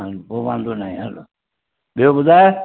को वांदो न आहे हलु ॿियो ॿुधाए